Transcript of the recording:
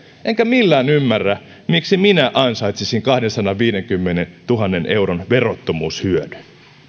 enkä millään ymmärrä miksi minä ansaitsisin kahdensadanviidenkymmenentuhannen euron verottomuushyödyn